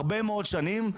הרבה מאוד שנים,